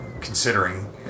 considering